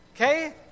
okay